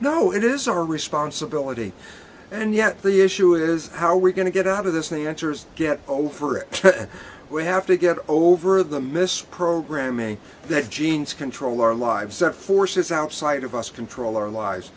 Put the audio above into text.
no it is our responsibility and yet the issue is how are we going to get out of this new answers get over it we have to get over the mis programming that genes control our lives that forces outside of us control our lives